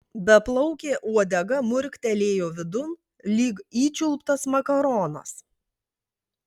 beplaukė uodega murktelėjo vidun lyg įčiulptas makaronas